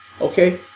okay